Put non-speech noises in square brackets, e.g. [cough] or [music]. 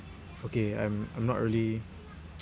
okay I'm I'm not really [noise]